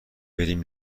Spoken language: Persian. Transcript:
بریم